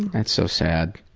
that's so sad.